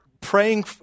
praying